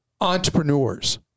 entrepreneurs